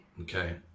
Okay